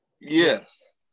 Yes